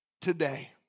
today